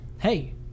hey